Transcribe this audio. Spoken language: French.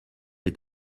est